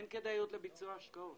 אין כדאיות לביצוע ההשקעות.